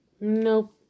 nope